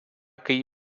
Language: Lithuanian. kai